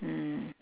mmhmm